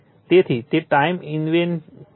તેથી તે time invariance છે